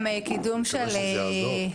נקווה שזה יעזור.